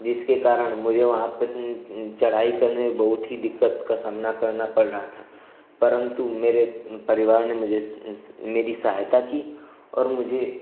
जिसके कारण मुझे वहाँ पर चढ़ाई करने में बहुत ही दिक्कतों का सामना करना पड़ रहा था परन्तु मेरे परिवार ने मुझे मेरी सहायता की और मुझे